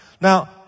Now